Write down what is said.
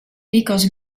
lykas